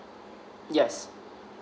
yes